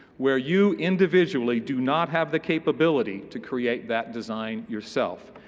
where you individually do not have the capability to create that design yourself.